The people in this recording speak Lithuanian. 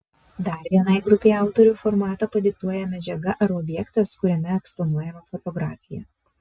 dar vienai grupei autorių formatą padiktuoja medžiaga ar objektas kuriame eksponuojama fotografija